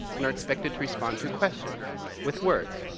and are expected to respond to questions with words.